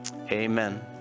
amen